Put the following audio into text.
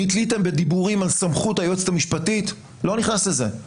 נתליתם בדיבורים על סמכות היועצת המשפטית אני לא נכנס לזה.